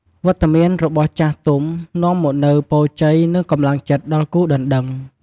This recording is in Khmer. វត្តមានរបស់ចាស់ទុំនាំមកនូវ ពរជ័យ និង កម្លាំងចិត្ត ដល់គូដណ្ដឹង។